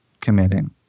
committing